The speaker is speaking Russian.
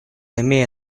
имея